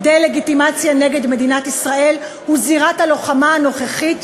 הדה-לגיטימציה נגד מדינת ישראל היא זירת הלוחמה הנוכחית,